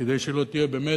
כדי שלא תהיה במתח.